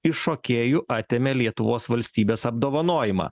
iš šokėjų atėmė lietuvos valstybės apdovanojimą